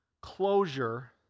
closure